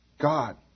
God